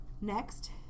Next